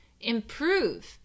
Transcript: improve